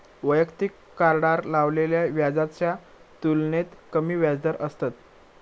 वैयक्तिक कार्डार लावलेल्या व्याजाच्या तुलनेत कमी व्याजदर असतत